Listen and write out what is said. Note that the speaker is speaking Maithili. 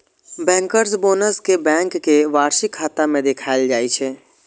बैंकर्स बोनस कें बैंक के वार्षिक खाता मे देखाएल जाइ छै